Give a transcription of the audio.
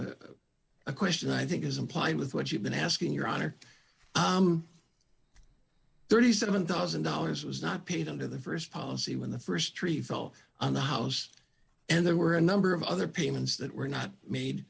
address a question i think is implied with what you've been asking your honor thirty seven thousand dollars was not paid under the st policy when the st tree fell on the house and there were a number of other payments that were not made